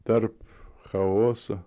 tarp chaoso